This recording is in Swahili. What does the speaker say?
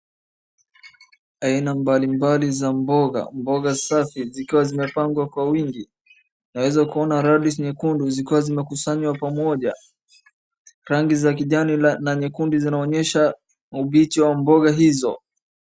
Aina mbali mbali za mboga, mboga safi zikiwa zimepangwa kwa wingi. Naeza kuona rangi nyekundu zikiwa zimekusanywa pamoja rangi za kijani na nyekundu zikionyesha ubichi wa mboga hizo.